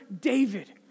David